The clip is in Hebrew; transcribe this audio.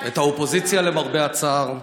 את האופוזיציה, למרבה הצער,